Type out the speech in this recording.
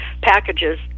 packages